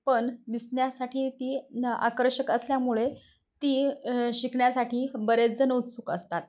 पण दिसण्यासाठी ती ना आकर्षक असल्यामुळे ती शिकण्यासाठी बरेच जण उत्सुक असतात